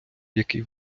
який